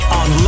on